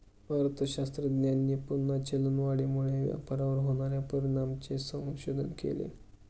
अर्थशास्त्रज्ञांनी पुन्हा चलनवाढीमुळे व्यापारावर होणार्या परिणामांचे संशोधन केले